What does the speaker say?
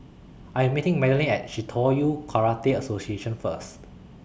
I'm meeting Madaline At Shitoryu Karate Association First